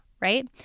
right